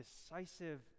decisive